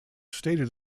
stated